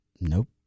Nope